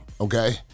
Okay